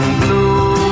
blue